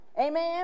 Amen